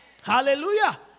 Hallelujah